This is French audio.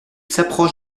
s’approche